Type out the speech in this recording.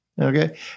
Okay